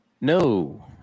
No